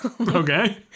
okay